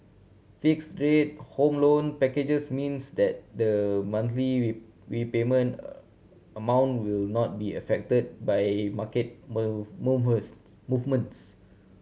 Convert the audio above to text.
fixed rate Home Loan packages means that the monthly repayment amount will not be affected by market movements